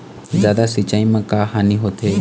जादा सिचाई म का हानी होथे?